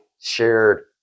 shared